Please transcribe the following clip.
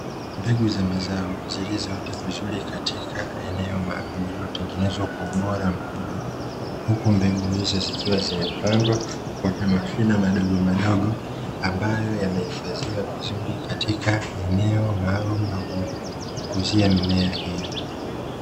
Mbegu za mazao zilizoota vizuri katika eneo maalum uliotengenezwa kwa ubora mkubwa. Huku mbegu hizo zikiwa zimepandwa kwa mashimo madogo madogo ambayo yamehifadhiwa vizuri katika eneo maalum na kukuzidia mimea hiyo."